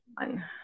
one